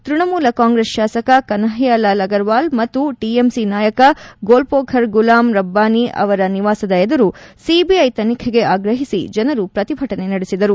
Trinamool Congress ಶಾಸಕ ಕನ್ನಯ್ಲಾಲಾಲ್ ಅಗರ್ವಾಲ್ ಮತ್ತು TMC ನಾಯಕ ಗೋಲ್ಪೋಖರ್ ಗುಲಾಮ್ ರಬ್ಲಾನಿ ಅವರ ನಿವಾಸದ ಎದುರು ಸಿಬಿಐ ತನಿಖೆಗೆ ಆಗಹಿಸಿ ಜನರು ಪ್ರತಿಭಟನೆ ನಡೆಸಿದರು